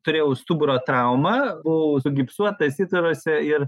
turėjau stuburo traumą buvau sugipsuotas įtvaruose ir